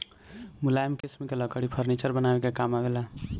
मुलायम किसिम के लकड़ी फर्नीचर बनावे के काम आवेला